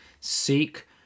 Seek